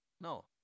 No